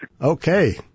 Okay